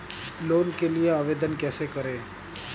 Loan के लिए आवेदन कैसे करें?